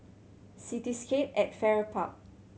Cityscape at Farrer Park